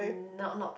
um not nope